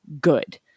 good